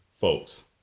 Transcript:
folks